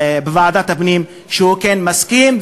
בוועדת הפנים שהוא כן מסכים,